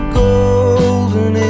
golden